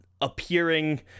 appearing